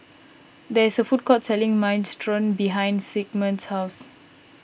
there is a food court selling Minestrone behind Sigmund's house